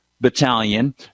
Battalion